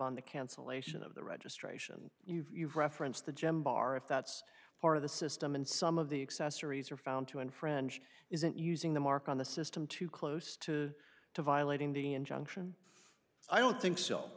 on the cancellation of the registration you've referenced the gem bar if that's part of the system and some of the accessories are found to unfriend isn't using the mark on the system to close to to violating the injunction i don't think so